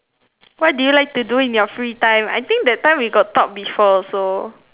what do you like to do in your free time I think that time we got talk before also